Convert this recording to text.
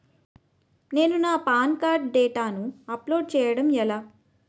నేను నా PAN card డేటాను అప్లోడ్ చేయడం ఎలా?